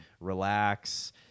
relax